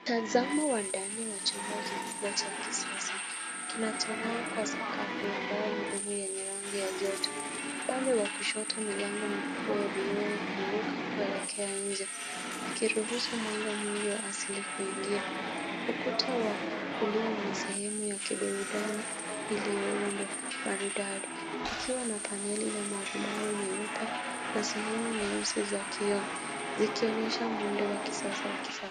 Mtazamo wa ndani wa chumba kikubwa cha kisasa kinachong'aa kwa sakafu ya mbao ngumu yenye rangi ya joto. Upande wa kushoto, milango mikubwa ya vioo hufunguka kuelekea nje ikiruhusu mwanga mwingi wa asili kuingia. Ukuta wa kulia una sehemu ya kiburudani iliyoundwa maridadi ikiwa na paneli na marumaru nyeupe na sehemu nyeusi za kioo zikionyesha muundo wa kisasa wa kifa...